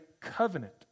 covenant